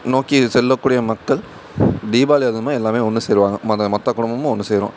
நோக்கி செல்லக்கூடிய மக்கள் தீபாவளி அதுவுமாக் எல்லாமே ஒன்று சேருவாங்க மத மொத்த குடும்பமும் ஒன்று சேரும்